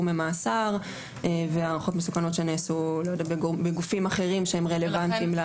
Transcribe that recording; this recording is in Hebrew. ממאסר והערכות מסוכנות שנעשו בגופים אחרים שהם רלוונטיים.